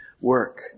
work